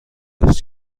حفظ